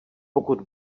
pokud